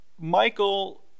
Michael